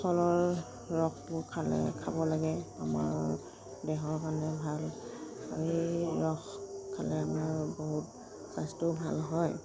ফলৰ ৰসবোৰ খালে খাব লাগে আমাৰ দেহৰ কাৰণে ভাল আমি সেই ৰস খালে মানে বহুত স্বাস্থ্যও ভাল হয়